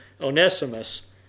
Onesimus